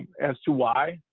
as to why?